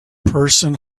person